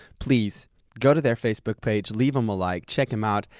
please go to their facebook page, leave them a like, check them out,